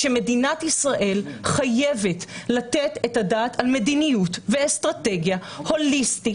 ומדינת ישראל חייבת לתת את הדעת על מדיניות ואסטרטגיה הוליסטית,